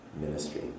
ministry